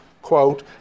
Quote